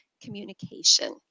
communication